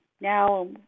now